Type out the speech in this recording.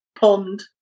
pond